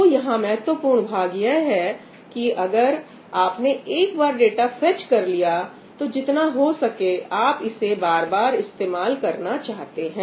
तो यहां महत्वपूर्ण भाग यह है कि अगर आपने एक बार डाटा फेच कर लिया तो जितना हो सके आप इसे बार बार इस्तेमाल करना चाहतें हैं